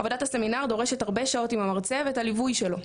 עבודת הסמינר דורשת הרבה שעות עם המרצה ואת הליווי שלו.